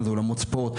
אולמות ספורט,